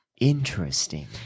Interesting